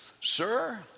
sir